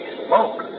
smoke